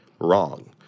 wrong